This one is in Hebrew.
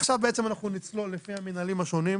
עכשיו בעצם אנחנו נצלול לפי המינהלים השונים,